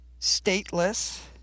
Stateless